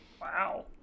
wow